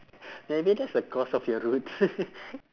maybe that's the cause of your roots